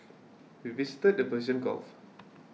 we visited the Persian Gulf